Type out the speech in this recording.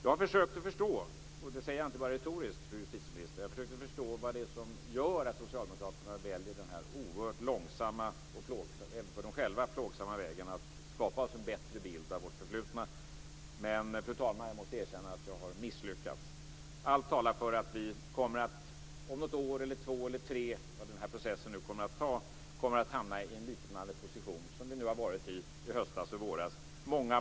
Jag har försökt att förstå - det säger jag inte bara retoriskt, fru justitieminister - vad det är som gör att socialdemokraterna väljer denna oerhört långsamma och, även för dem själva, plågsamma vägen att skapa oss en bättre bild av vårt förflutna. Men, fru talman, jag måste erkänna att jag har misslyckats. Allt talar för att vi om något år eller två eller tre, beroende på hur lång tid processen tar, kommer att hamna i en liknande position som vi var i i höstas och i våras.